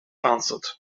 answered